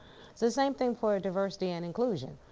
it's the same thing for diversity and inclusion.